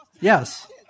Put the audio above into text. Yes